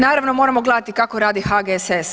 Naravno moramo gledati kako radi HGSS.